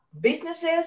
businesses